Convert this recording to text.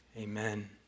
Amen